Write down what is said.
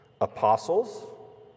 Apostles